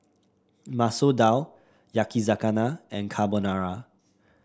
Masoor Dal Yakizakana and Carbonara